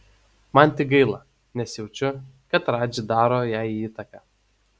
man tik gaila nes jaučiu kad radži daro jai įtaką